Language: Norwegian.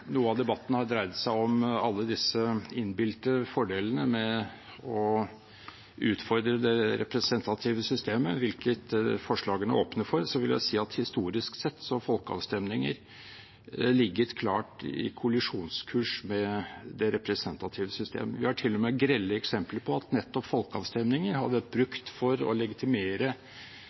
noe av debatten har dreid seg om alle disse innbilte fordelene ved å utfordre det representative systemet, hvilket forslagene åpner for – si at historisk sett har folkeavstemninger ligget klart på kollisjonskurs med det representative systemet. Vi har til og med grelle eksempler på at nettopp folkeavstemninger har vært brukt for å legitimere